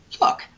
look